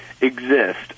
exist